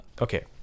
Okay